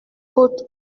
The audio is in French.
côte